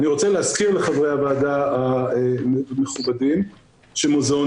אני רוצה להזכיר לחברי הוועדה המכובדים שמוזיאונים